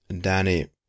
Danny